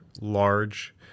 large